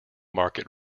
market